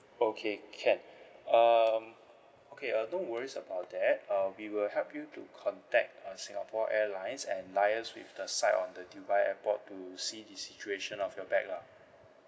okay can um okay uh don't worries about that uh we will help you to contact uh singapore airlines and liaise with the side on the dubai airport to see the situation of your bag lah